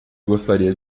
gostaria